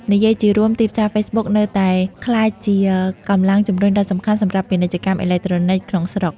និយាយជារួម ទីផ្សារហ្វេសប៊ុកនៅតែក្លាយជាកម្លាំងជំរុញដ៏សំខាន់សម្រាប់ពាណិជ្ជកម្មអេឡិចត្រូនិកក្នុងស្រុក។